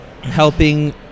helping